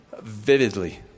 vividly